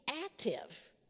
active